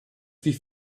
wie